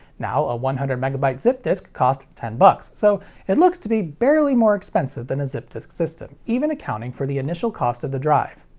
now, a one hundred megabyte zip disk costs ten dollars, so it looks to be barely more expensive than a zip disk system, even accounting for the initial cost of the drive.